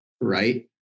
right